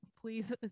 please